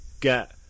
get